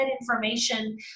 information